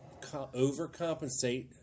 overcompensate